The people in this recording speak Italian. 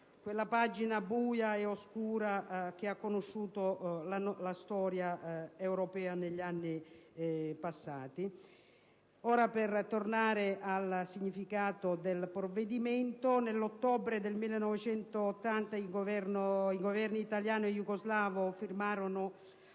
una pagina buia e oscura che ha conosciuto la storia europea negli anni passati. Per tornare al significato del provvedimento, nell'ottobre 1980 i Governi italiano e jugoslavo firmarono